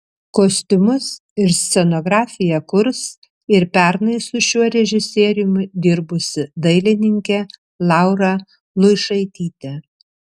kostiumus ir scenografiją kurs ir pernai su šiuo režisieriumi dirbusi dailininkė laura luišaitytė